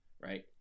right